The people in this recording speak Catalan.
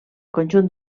conjunt